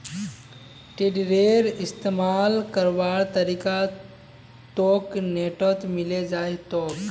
टेडरेर इस्तमाल करवार तरीका तोक नेटत मिले जई तोक